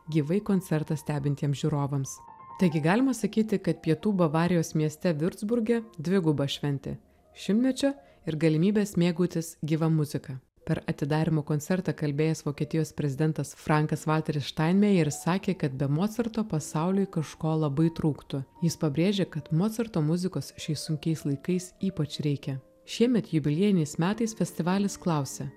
gyvai koncertą stebintiems žiūrovams taigi galima sakyti kad pietų bavarijos mieste viurcburge dviguba šventė šimtmečio ir galimybės mėgautis gyva muzika per atidarymo koncertą kalbėjęs vokietijos prezidentas frankas valteris štainmejer sakė kad be mocarto pasauliui kažko labai trūktų jis pabrėžė kad mocarto muzikos šiais sunkiais laikais ypač reikia šiemet jubiliejiniais metais festivalis klausia